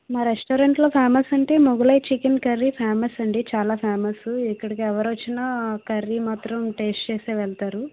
మా రెస్టారెంట్లో ఫేమస్ అంటే చికెన్ కర్రీ ఫేమస్ అండి చాలా ఫేమస్ ఇక్కడికి ఎవరు వచ్చినా కర్రీ మాత్రం టేస్ట్ చేసే వెళ్తారు